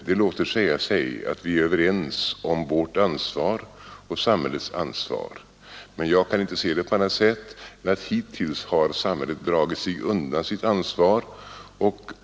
Det låter säga sig att vi är överens om vårt ansvar och samhällets ansvar, men jag kan inte se det på annat sätt än att hittills har samhället dragit sig undan sitt ansvar.